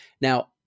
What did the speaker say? Now